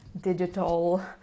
digital